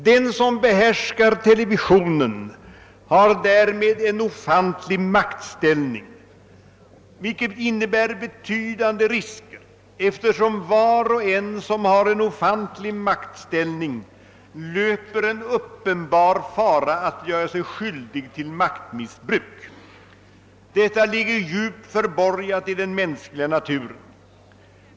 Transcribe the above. Den som behärskar televisionen har därmed en ofantlig maktställning, vilket innebär betydande risker, eftersom var och en som har en ofantlig. maktställning löper en uppenbar fara att göra sig skyldig till maktmissbruk. Detta ligger djupt förborgat i den mänskliga naturen.